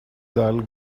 dull